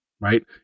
right